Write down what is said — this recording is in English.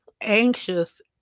anxious